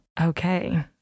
Okay